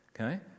okay